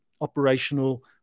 operational